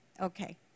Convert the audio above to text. Okay